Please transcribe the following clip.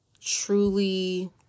truly